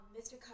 Mr